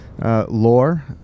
Lore